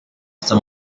some